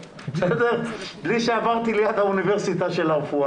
בלי שעברתי ליד האוניברסיטה של הרפואה.